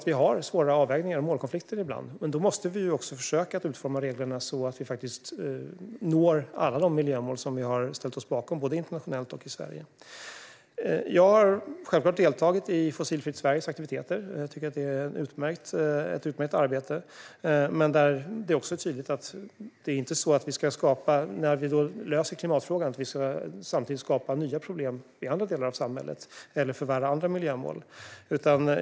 Vi har svåra avvägningar och målkonflikter ibland, och då måste vi försöka utforma reglerna på sådant sätt att vi faktiskt når alla de miljömål som vi har ställt oss bakom, både internationellt och i Sverige. Jag har självklart deltagit i Fossilfritt Sveriges aktiviteter. Jag tycker att de gör ett utmärkt arbete. Men när vi löser klimatfrågan kan vi inte samtidigt skapa nya problem i andra delar av samhället eller förvärra andra miljömål.